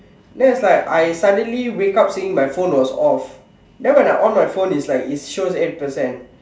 then it's like I suddenly wake up seeing my phone was off then when I on my phone it's like it shows eight percent